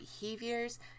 behaviors